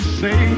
say